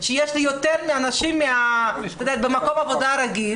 שיש יותר אנשים ממקום עבודה רגיל,